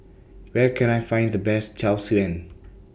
Where Can I Find The Best Tau Suan